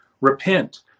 Repent